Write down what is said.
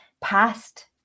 past